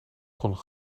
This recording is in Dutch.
kon